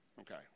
Okay